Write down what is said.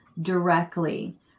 directly